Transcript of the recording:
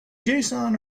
json